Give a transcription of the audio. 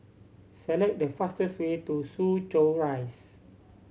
select the fastest way to Soo Chow Rise